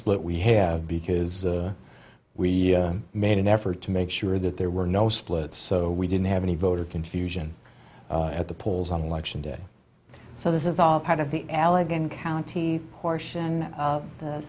split we have because we made an effort to make sure that there were no splits so we didn't have any voter confusion at the polls on election day so this is our part of the allegheny county portion of the